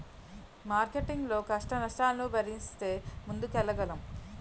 marketing లో కష్టనష్టాలను భరించితే ముందుకెళ్లగలం